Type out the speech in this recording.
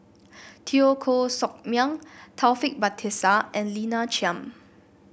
Teo Koh Sock Miang Taufik Batisah and Lina Chiam